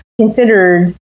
considered